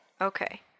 Okay